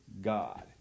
God